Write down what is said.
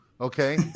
okay